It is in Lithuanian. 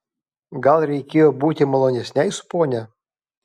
gal reikėjo būti malonesnei su ponia